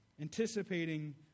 anticipating